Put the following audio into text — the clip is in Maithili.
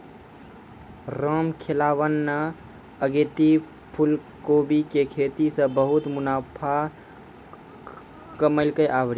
रामखेलावन न अगेती फूलकोबी के खेती सॅ बहुत मुनाफा कमैलकै आभरी